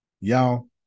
Y'all